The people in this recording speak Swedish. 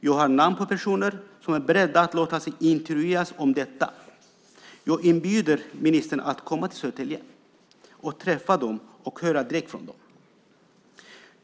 Jag har namn på personer som är beredda att låta sig intervjuas om detta, och jag inbjuder ministern att komma till Södertälje och träffa dem och höra direkt från dem själva vad de har att säga.